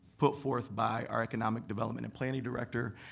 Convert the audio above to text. put forth by our economic development and planning director,